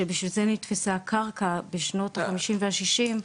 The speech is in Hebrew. שבשביל זה נתפסה הקרקע בשנות החמישים והשישים,